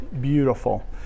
beautiful